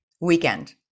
weekend